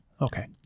Okay